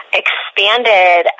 expanded